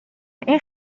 این